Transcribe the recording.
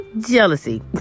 Jealousy